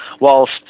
whilst